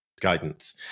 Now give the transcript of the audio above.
guidance